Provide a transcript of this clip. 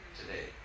today